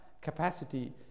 capacity